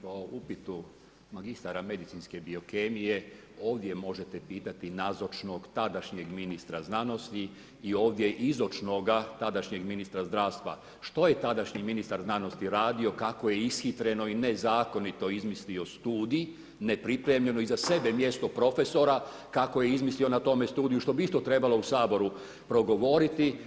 Po upitu magistara medicinske biokemije, ovdje možete pitati, nazočnog, tadašnjeg ministra znanosti i ovdje izočnoga tadašnjeg ministra zdravstva, što je tada ministar znanosti radio, kako je ishitreno i nezakonito izmislio studij, nepripremljeno i za sebe mjesto profesora, kako je izmislio na tome studiju, što bi isto trebalo u saboru progovoriti.